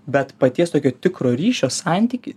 bet paties tokio tikro ryšio santykiai